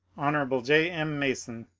hon. j. m. mason,